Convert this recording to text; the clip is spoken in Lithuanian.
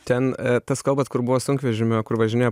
ten tas kalbat kur buvo sunkvežimio kur važinėjo